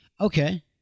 Okay